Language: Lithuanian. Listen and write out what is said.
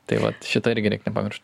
tai vat šito irgi reik nepamiršt